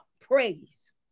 praise